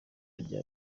rya